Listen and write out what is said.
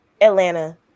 Atlanta